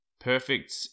perfect